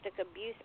abuse